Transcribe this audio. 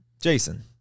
Jason